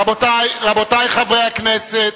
רבותי, חברי הכנסת,